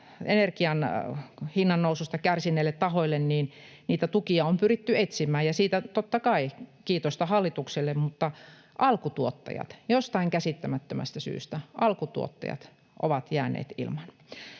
energian hinnan noususta kärsineille tahoille tukia on pyritty etsimään, ja siitä totta kai kiitosta hallitukselle, mutta alkutuottajat jostain käsittämättömästä syystä ovat jääneet ilman.